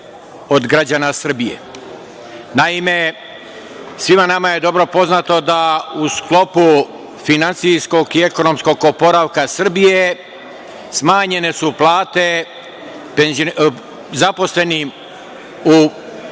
od građana Srbije? Naime, svima nama je dobro poznato da su u sklopu finansijskog i ekonomskog oporavka Srbije smanjene plate zaposlenima u